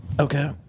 okay